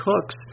Cooks